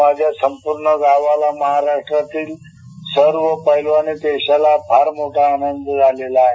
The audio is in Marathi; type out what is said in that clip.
माझ्यासंपूर्णगावालामहाराष्ट्रातीलसर्वपैलवानीदेशालाफारमोठाआनंदझालेलाआहे